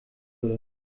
würde